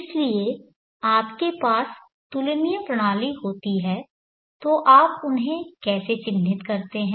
इसलिए जब आपके पास तुलनीय प्रणाली होती है तो आप उन्हें कैसे चिह्नित करते हैं